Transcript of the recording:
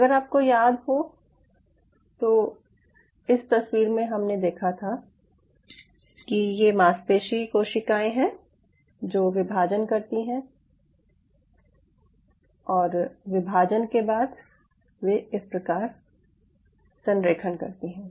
अगर आपको याद हो तो इस तस्वीर में हमने देखा था कि ये मांसपेशी कोशिकाएं हैं जो विभाजन करती हैं और विभाजन के बाद वे इस प्रकार संरेखण करती हैं